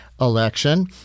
election